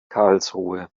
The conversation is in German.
karlsruhe